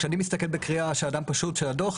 כשאני מסתכל בקריאה של אדם פשוט את הדוח,